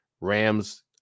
Rams